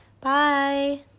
Bye